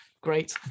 Great